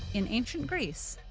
in ancient greece,